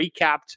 recapped